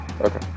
Okay